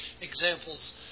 Examples